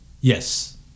Yes